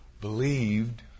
believed